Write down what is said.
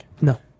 No